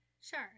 Sure